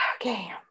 Okay